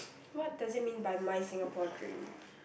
what does it mean by my Singapore dream